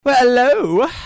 Hello